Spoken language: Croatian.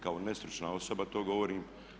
Kao nestručna osoba to govorim.